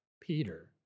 Peter